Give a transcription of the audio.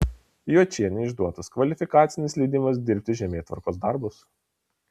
juočienei išduotas kvalifikacinis leidimas dirbti žemėtvarkos darbus